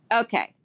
Okay